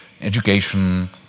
education